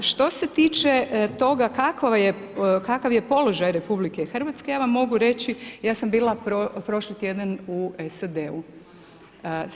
Što se tiče toga kakav je položaj RH, ja vam mogu reći, ja sam bila prošli tjedan u SAD-u.